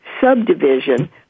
subdivision